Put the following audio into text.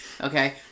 Okay